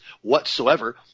whatsoever